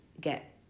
get